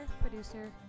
producer